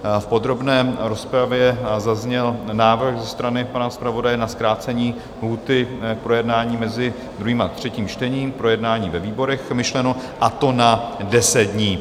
V podrobné rozpravě zazněl návrh ze strany pana zpravodaje na zkrácení lhůty k projednání mezi druhým a třetím čtením, k projednání ve výborech myšleno, a to na 10 dní.